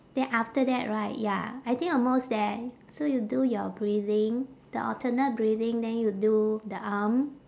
then after that right ya I think almost there so you do your breathing the alternate breathing then you do the arm